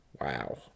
Wow